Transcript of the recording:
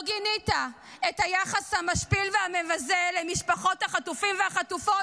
אתה מסרב לפגוש קהילות שלמות שעברו טבח -- מה זה?